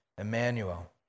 Emmanuel